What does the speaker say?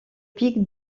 pic